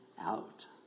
out